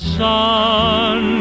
sun